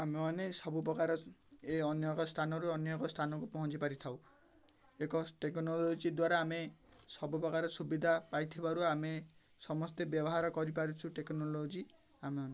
ଆମେମାନେ ସବୁ ପ୍ରକାର ଏ ଅନ୍ୟ ଏକ ସ୍ଥାନରୁ ଅନ୍ୟ ଏକ ସ୍ଥାନକୁ ପହଞ୍ଚି ପାରିଥାଉ ଏକ ଟେକ୍ନୋଲୋଜି ଦ୍ୱାରା ଆମେ ସବୁ ପ୍ରକାର ସୁବିଧା ପାଇଥିବାରୁ ଆମେ ସମସ୍ତେ ବ୍ୟବହାର କରିପାରୁଛୁ ଟେକ୍ନୋଲୋଜି ଆମେମାନେ